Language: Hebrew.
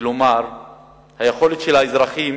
כלומר היכולת של האזרחים